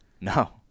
No